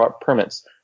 permits